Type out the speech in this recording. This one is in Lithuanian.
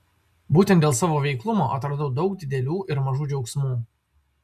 būtent dėl savo veiklumo atradau daug didelių ir mažų džiaugsmų